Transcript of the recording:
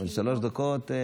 שלוש דקות,